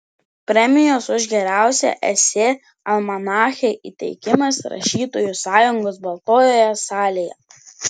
premijos už geriausią esė almanache įteikimas rašytojų sąjungos baltojoje salėje